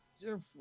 different